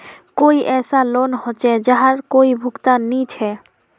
कोई ऐसा लोन होचे जहार कोई भुगतान नी छे?